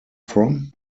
from